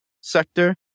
sector